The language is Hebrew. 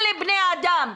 אלה בני אדם.